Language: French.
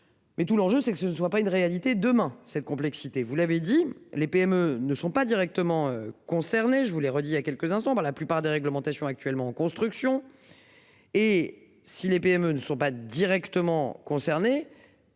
Mais tout l'enjeu, c'est que ce ne soit pas une réalité demain cette complexité. Vous l'avez dit, les PME ne sont pas directement concernés. Je vous l'ai redit à quelques instants dans la plupart des réglementations actuellement en construction. Et si les PME ne sont pas directement concernés.